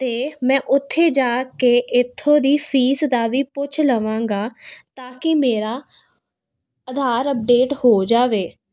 ਅਤੇ ਮੈਂ ਉੱਥੇ ਜਾ ਕੇ ਇੱਥੋਂ ਦੀ ਫੀਸ ਦਾ ਵੀ ਪੁੱਛ ਲਵਾਂਗਾ ਤਾਂ ਕਿ ਮੇਰਾ ਆਧਾਰ ਅਪਡੇਟ ਹੋ ਜਾਵੇ